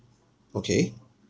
okay